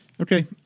Okay